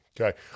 Okay